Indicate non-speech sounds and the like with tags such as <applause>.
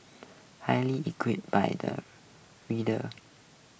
highly equip by the readers <noise>